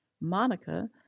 Monica